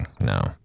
no